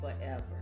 forever